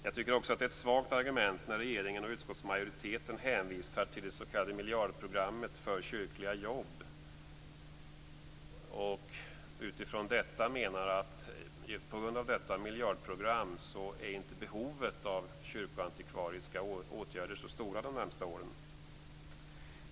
Jag tycker också att det är ett svagt argument när regeringen och utskottsmajoriteten hänvisar till det s.k. miljardprogrammet för kyrkliga jobb och menar att på grund av detta miljardprogram är inte behovet av kyrkoantikvariska åtgärder så stora de närmaste åren.